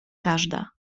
każde